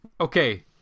Okay